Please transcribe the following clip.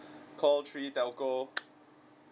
call three telco